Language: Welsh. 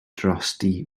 drosti